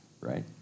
right